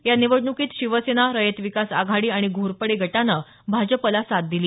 या निवडणुकीत शिवसेना रयत विकास आघाडी आणि घोरपडे गटानं भाजपला साथ दिली